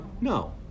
no